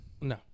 No